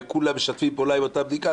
וכולם משתפים פעולה עם אותה בדיקה,